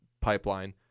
pipeline